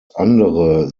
andere